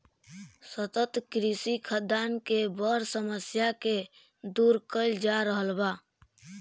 सतत कृषि खाद्यान के बड़ समस्या के दूर कइल जा रहल बा